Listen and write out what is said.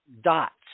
dots